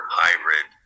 hybrid